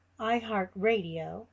iHeartRadio